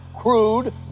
crude